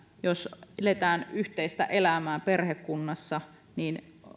jos eletään yhteistä elämää perhekunnassa niin